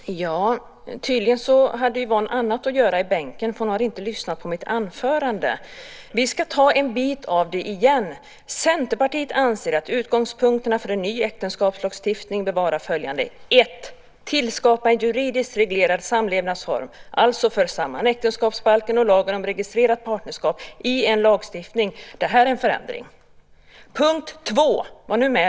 Fru talman! Tydligen hade Yvonne annat att göra i bänken eftersom hon inte har lyssnat på mitt anförande. Vi ska ta en bit av det igen. Centerpartiet anser att utgångspunkterna för en ny äktenskapslagstiftning bör vara följande: För det första att tillskapa en juridiskt reglerad samlevnadsform - alltså föra samman äktenskapsbalken och lagen om registrerat partnerskap - i en lagstiftning. Det är en förändring. Och så nästa punkt, var nu med.